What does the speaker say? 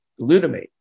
glutamate